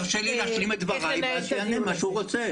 רק שירשה לי להשלים את דבריי ואז שיענה מה שהוא רוצה.